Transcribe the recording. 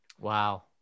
Wow